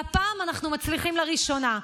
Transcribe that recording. והפעם אנחנו מצליחים לראשונה,